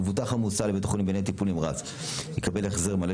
מבוטח המוסע לבית חולים בניידת טיפול נמרץ יקבל החזר מלא